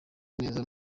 neza